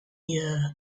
year